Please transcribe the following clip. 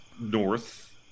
north